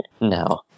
No